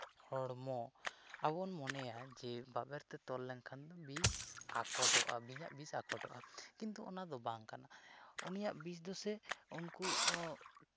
ᱦᱚᱲᱢᱚ ᱟᱵᱚ ᱵᱚᱱ ᱢᱚᱱᱮᱭᱟ ᱡᱮ ᱵᱟᱵᱮᱨ ᱛᱮ ᱛᱚᱞ ᱞᱮᱱᱠᱷᱟᱱ ᱫᱚ ᱵᱤᱥ ᱟᱠᱚᱴᱚᱜᱼᱟ ᱵᱤᱧᱟᱜ ᱵᱤᱥ ᱟᱠᱚᱴᱚᱜᱼᱟ ᱠᱤᱱᱛᱩ ᱚᱱᱟ ᱫᱚ ᱵᱟᱝ ᱠᱟᱱᱟ ᱩᱱᱤᱭᱟᱜ ᱵᱤᱥ ᱫᱚᱥᱮ ᱩᱱᱠᱩ